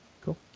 Cool